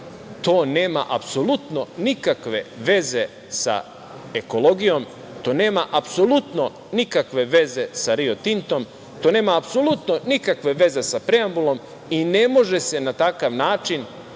to nema apsolutno nikakve veze sa ekologijom, to nema apsolutno nikakve veze sa Rio Tintom, to nema apsolutno nikakve veze sa preambulom i ne može se na takav način